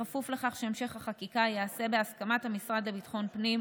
בכפוף לכך שהמשך החקיקה ייעשה בהסכמת המשרד לביטחון הפנים,